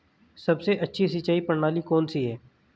सबसे अच्छी सिंचाई प्रणाली कौन सी है?